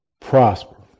prosper